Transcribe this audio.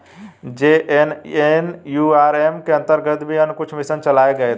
JNNURM के अंतर्गत भी अन्य कुछ मिशन चलाए गए थे